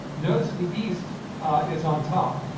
notice that the east is on top.